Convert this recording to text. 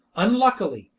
unluckily,